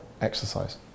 exercise